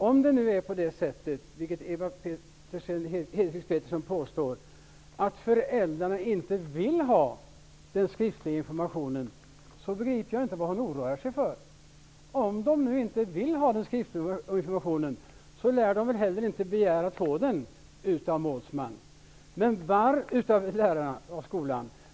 Om det nu är så som Ewa Hedkvist Petersen påstår -- att föräldrarna inte vill ha den skriftliga informationen -- begriper jag inte vad hon oroar sig för. Då lär de väl inte heller begära att få den av skolan.